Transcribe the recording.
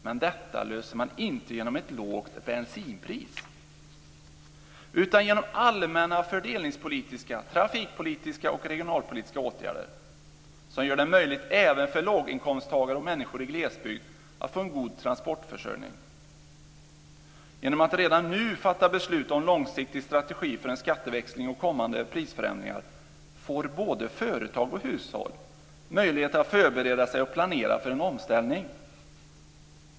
Men detta löser man inte genom ett lågt bensinpris utan genom allmänna fördelningspolitiska, trafikpolitiska och regionalpolitiska åtgärder som gör det möjligt även för låginkomsttagare och människor i glesbygd att få en god transportförsörjning. Genom att redan nu fatta beslut om en långsiktig strategi för en skatteväxling och kommande prisförändringar får både företag och hushåll möjlighet att förbereda sig och planera för en omställning.